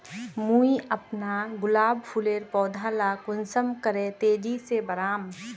मुई अपना गुलाब फूलेर पौधा ला कुंसम करे तेजी से बढ़ाम?